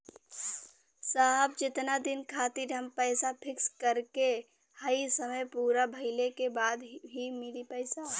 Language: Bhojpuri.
साहब जेतना दिन खातिर हम पैसा फिक्स करले हई समय पूरा भइले के बाद ही मिली पैसा?